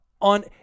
On